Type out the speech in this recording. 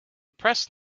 press